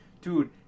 Dude